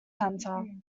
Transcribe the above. centre